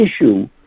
issue